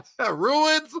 ruins